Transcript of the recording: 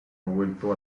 vuelto